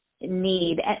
need